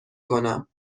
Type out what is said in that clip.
کنم